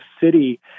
city